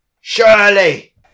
Shirley